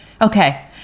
Okay